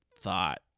thought